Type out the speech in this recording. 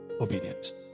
obedience